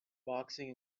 boxing